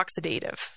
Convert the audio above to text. oxidative